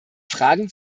fragen